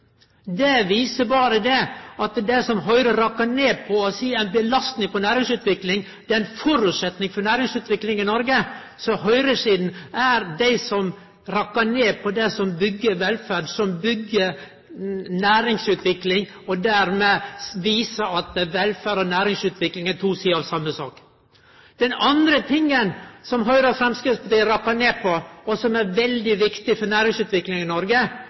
Det viser berre at det som Høgre rakkar ned på og seier er ei belasting for næringsutvikling, er ein føresetnad for næringsutvikling i Noreg. Høgresida er dei som rakkar ned på det som byggjer velferden og som byggjer næringsutvikling, og dette viser at velferd og næringsutvikling er to sider av same sak. Den andre saka som Høgre og Framstegspartiet rakkar ned på, og som er veldig viktig for næringsutvikling i Noreg,